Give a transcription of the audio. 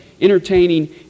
entertaining